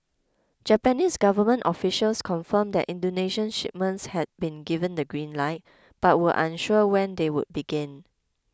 Japanese government officials confirmed that Indonesian shipments had been given the green light but were unsure when they would begin